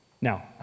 Now